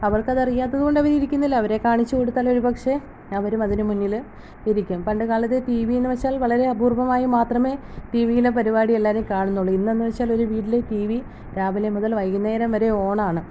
അവർക്ക് അത് അറിയാത്തതുകൊണ്ട് അവർ ഇരിക്കുന്നില്ല അവരെ കാണിച്ച് കൊടുത്താൽ ഒരുപക്ഷേ അവരും അതിന് മുന്നിൽ ഇരിക്കും പണ്ട് കാലത്ത് ടി വി എന്ന് വെച്ചാൽ വളരെ അപൂർവ്വമായി മാത്രമേ ടി വിയിലെ പരിപാടി ആരും കാണുന്നുടി വി രാവിലെ മുതൽ വൈകുന്നേരം വരെ ഓൺ ആണ്